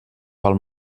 pel